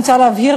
מוצע להבהיר,